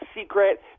secret